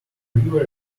river